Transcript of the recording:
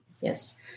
Yes